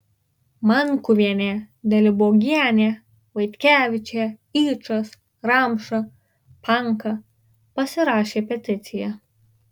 mankuvienė dalibogienė vaitkevičė yčas ramša panka pasirašė peticiją